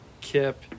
Kip